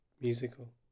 musical